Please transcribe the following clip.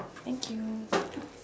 thank you